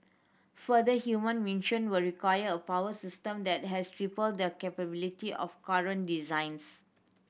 futher human mission will require a power system that has triple the capability of current designs